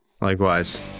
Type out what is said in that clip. likewise